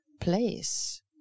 place